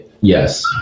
yes